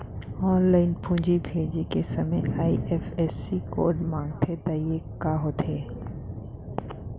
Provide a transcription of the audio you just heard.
Online पूंजी भेजे के समय आई.एफ.एस.सी कोड माँगथे त ये ह का होथे?